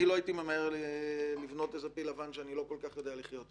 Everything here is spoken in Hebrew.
אני לא הייתי ממהר לבנות פיל לבן שאני לא כל כך יודע לחיות איתו.